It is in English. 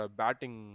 batting